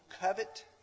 covet